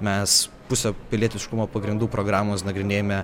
mes pusę pilietiškumo pagrindų programos nagrinėjame